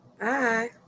Bye